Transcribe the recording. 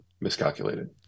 miscalculated